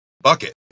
bucket